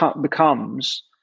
becomes